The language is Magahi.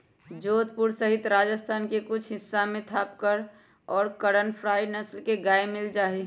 जोधपुर सहित राजस्थान के कुछ हिस्सा में थापरकर और करन फ्राइ नस्ल के गाय मील जाहई